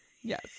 Yes